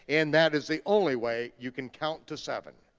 and that is the only way you can count to seven.